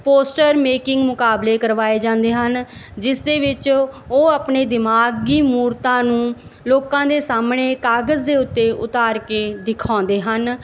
poster making ਮੁਕਾਬਲੇ ਕਰਵਾਏ ਜਾਂਦੇ ਹਨ ਜਿਸ ਦੇ ਵਿੱਚ ਉਹ ਆਪਣੇ ਦਿਮਾਗੀ ਮੂਰਤਾਂ ਨੂੰ ਲੋਕਾਂ ਦੇ ਸਾਹਮਣੇ ਕਾਗਜ਼ ਦੇ ਉੱਤੇ ਉਤਾਰ ਕੇ ਦਿਖਾਉਂਦੇ ਹਨ